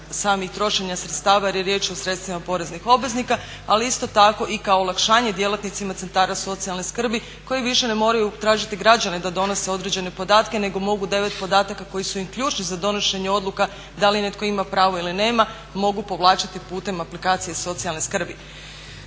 samih trošenja sredstava jer je riječ o sredstvima poreznih obveznika. Ali isto tako i kao olakšanje djelatnicima centara socijalne skrbi koji više ne moraju tražiti građane da donose određene podatke nego mogu 9 podataka koji su im ključni za donošenje odluka da li netko ima pravo ili nema mogu povlačiti putem aplikacije socijalne skrbi.